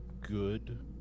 good